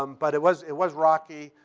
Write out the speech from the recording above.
um but it was it was rocky.